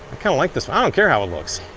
kind of like this one. i don't care how it looks.